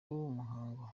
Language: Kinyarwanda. muhango